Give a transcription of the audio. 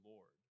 Lord